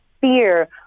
fear